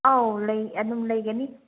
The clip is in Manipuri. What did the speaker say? ꯑꯧ ꯂꯩ ꯑꯗꯨꯝ ꯂꯩꯒꯅꯤ